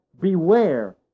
beware